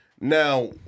now